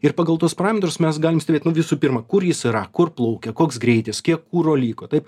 ir pagal tuos parametrus mes galim stebėt nu visų pirma kur jis yra kur plaukia koks greitis kiek kuro liko taip